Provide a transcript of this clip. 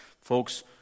folks